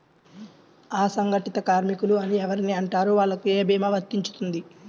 అసంగటిత కార్మికులు అని ఎవరిని అంటారు? వాళ్లకు ఏ భీమా వర్తించుతుంది?